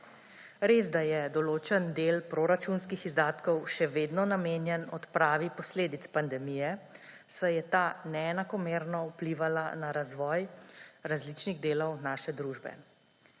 Res, da je določen del proračunskih izdatkov še vedno namenjen odpravi posledic pandemije, saj je ta neenakomerno vplivala na razvoj različnih delov naše družbe.